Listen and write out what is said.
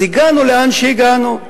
אז הגענו לאן שהגענו.